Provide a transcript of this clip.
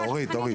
אורית.